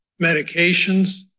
medications